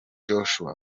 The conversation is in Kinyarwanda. joshua